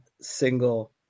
single